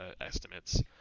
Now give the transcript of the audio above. estimates